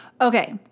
Okay